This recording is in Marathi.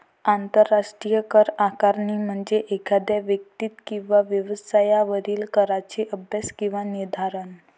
आंतरराष्ट्रीय कर आकारणी म्हणजे एखाद्या व्यक्ती किंवा व्यवसायावरील कराचा अभ्यास किंवा निर्धारण